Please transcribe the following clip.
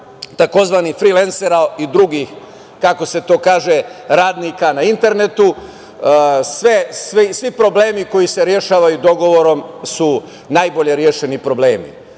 tzv. frilensera i drugih, kako se to kaže, radnika na internetu. Svi problemi koji se rešavaju dogovorom su najbolje rešeni problemi.